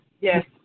Yes